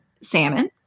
salmon